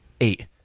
eight